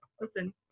Listen